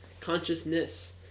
consciousness